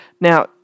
Now